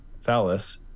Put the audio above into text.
phallus